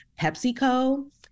pepsico